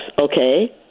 okay